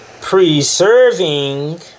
preserving